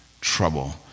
trouble